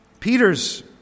Peter's